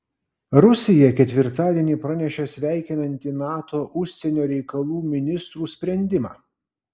rusija ketvirtadienį pranešė sveikinanti nato užsienio reikalų ministrų sprendimą